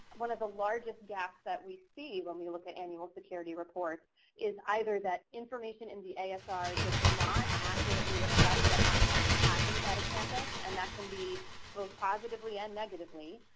one of the largest gaps that we see when we look at annual security reports is either that information in the asr does not accurately reflect what actually happens at a campus. and that can be both positively and negatively.